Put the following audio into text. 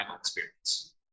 experience